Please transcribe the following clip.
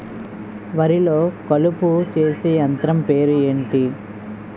వరి లొ కలుపు తీసే యంత్రం పేరు ఎంటి?